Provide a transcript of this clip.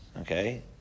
Okay